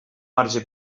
marge